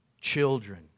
children